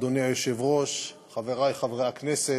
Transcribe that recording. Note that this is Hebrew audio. אדוני היושב-ראש, חברי חברי הכנסת,